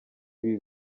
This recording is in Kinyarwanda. ibi